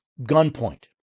gunpoint